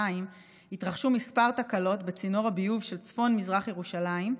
התרחשו כמה תקלות בצינור הביוב של צפון מזרח ירושלים,